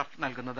F നൽകുന്നത്